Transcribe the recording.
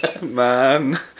Man